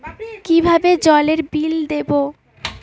কিভাবে জলের বিল দেবো?